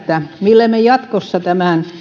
millä me jatkossa tämän